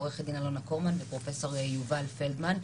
עוה"ד אלונה קורמן ופרופ' יובל פלדמן.